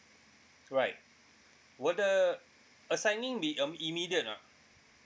right will the assigning be um immediate ah